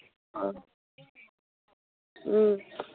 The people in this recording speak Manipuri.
ꯑ ꯎꯝ